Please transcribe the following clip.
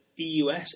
EUS